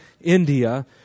India